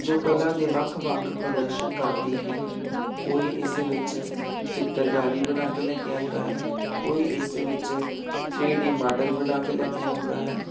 ਜੋ ਕਲਾ ਦੇ ਵੱਖ ਵੱਖ ਪ੍ਰਦਰਸ਼ਨ ਕਰਦੀ ਹੈ ਕੋਈ ਇਸ ਵਿੱਚ ਚਿੱਤਰਕਾਰੀ ਬਣਾ ਕੇ ਲੈ ਕੇ ਆਉਂਦਾ ਹੈ ਕੋਈ ਇਸ ਵਿੱਚ ਥਰੀ ਡੀ ਮਾਡਲ ਬਣਾ ਕੇ ਲੈ ਕੇ ਆਉਂਦਾ ਹੈ